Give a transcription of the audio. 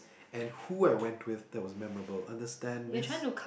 and who I went with that was memorable understand miss